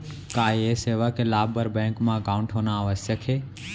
का ये सेवा के लाभ बर बैंक मा एकाउंट होना आवश्यक हे